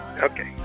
Okay